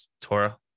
Torah